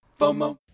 FOMO